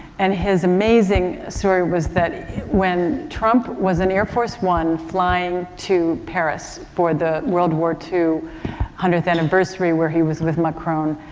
and his amazing story was that when trump was on air force one flying to paris for the world war ii hundredth anniversary where he was with macron,